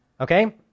okay